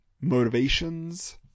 motivations